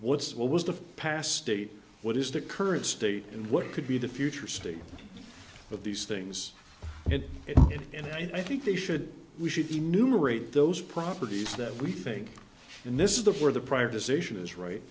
what's what was the past state what is the current state and what could be the future state of these things and i think they should we should be numerate those properties that we think and this is the where the privatization is right